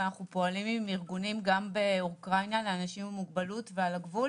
ואנחנו פועלים עם ארגונים לאנשים עם מוגבלות גם באוקראינה